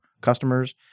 customers